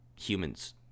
humans